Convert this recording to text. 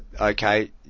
okay